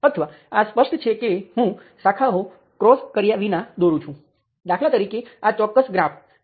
હવે સ્પષ્ટપણે આ વોલ્ટેજ સ્ત્રોતને k ગુણ્યા વોલ્ટેજ Vx તરીકે વિચારવાને બદલે આપણે તેને હંમેશા kR13 ગુણ્યા નિયંત્રિત કરંટ i1 i3 તરીકે વિચારી શકીએ છીએ